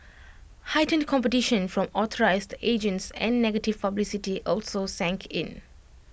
heightened competition from authorised agents and negative publicity also sank in